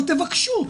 אבל תבקשו.